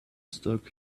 stuck